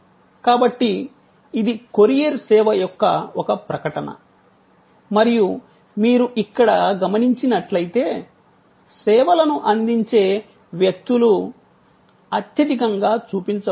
కాబట్టి ఇది కొరియర్ సేవ యొక్క ఒక ప్రకటన మరియు మీరు ఇక్కడ గమనించినట్లైతే సేవలను అందించే వ్యక్తులు అత్యఅధికంగా చూపించబడతారు